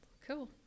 cool